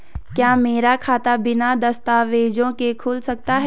क्या मेरा खाता बिना दस्तावेज़ों के खुल सकता है?